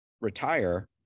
retire